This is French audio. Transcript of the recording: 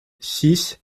six